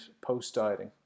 post-dieting